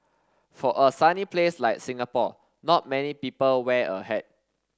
for a sunny place like Singapore not many people wear a hat